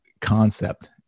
concept